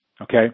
Okay